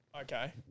Okay